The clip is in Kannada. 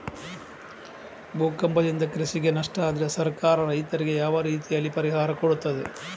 ಭೂಕಂಪದಿಂದ ಕೃಷಿಗೆ ನಷ್ಟ ಆದ್ರೆ ಸರ್ಕಾರ ರೈತರಿಗೆ ಯಾವ ರೀತಿಯಲ್ಲಿ ಪರಿಹಾರ ಕೊಡ್ತದೆ?